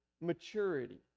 maturity